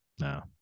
No